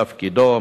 תפקידו,